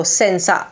senza